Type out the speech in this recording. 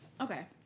Okay